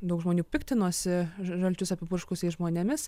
daug žmonių piktinosi ža žalčius apipurškusiais žmonėmis